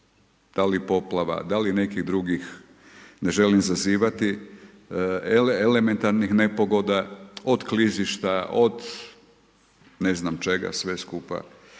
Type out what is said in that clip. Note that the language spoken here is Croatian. da li poplava, da li nekih drugih, ne želim zazivati, elementarnih nepogoda, od klizišta, od ne znam čega sve skupa,